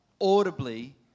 audibly